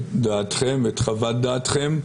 חוות-דעתכם.